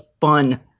fun